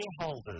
shareholders